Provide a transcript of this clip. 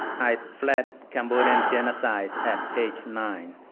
i fled cambodian genocides at age nine.